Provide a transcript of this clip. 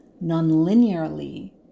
non-linearly